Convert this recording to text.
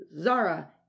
zara